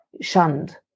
shunned